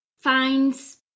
finds